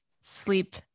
sleep